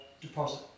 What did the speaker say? deposit